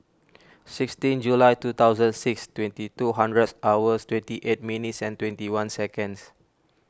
sixteen July two thousand six twenty two hundreds hours twenty eight minutes and twenty one seconds